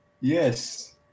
Yes